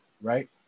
right